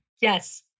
Yes